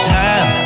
time